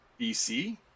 BC